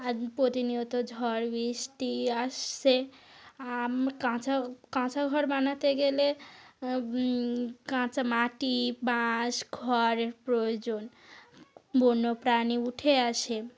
আর প্রতিনিয়ত ঝড় বৃষ্টি আসছে কাঁচা কাঁচা ঘর বানাতে গেলে কাঁচা মাটি বাঁশ খড় প্রয়োজন বন্য প্রাণী উঠে আসে